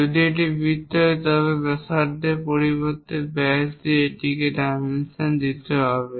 যদি এটি একটি বৃত্ত হয় তবে ব্যাসার্ধের পরিবর্তে এটির ব্যাস দিয়ে এটিকে ডাইমেনশন দিতে হবে